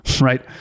right